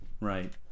right